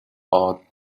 art